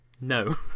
No